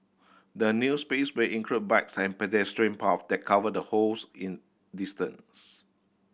the new space will include bikes and pedestrian that cover the holes in distance